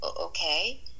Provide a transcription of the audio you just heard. Okay